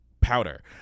powder